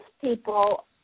people